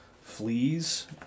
Fleas